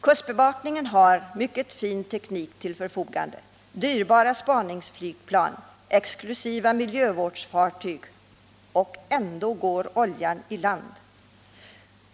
Kustbevakningen har en mycket fin teknik till sitt förfogande, dyrbara spaningsflygplan och exklusiva miljövårdsfartyg, men ändå går oljan i land.